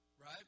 Right